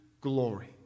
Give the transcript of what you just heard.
glory